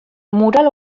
mural